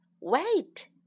wait